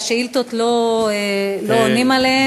לא עונים על השאילתות.